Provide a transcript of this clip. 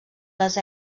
les